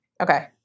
Okay